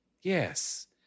Yes